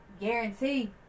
Guarantee